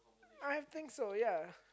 I think so ya